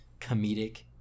comedic